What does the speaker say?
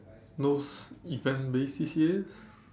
those event based C_C_As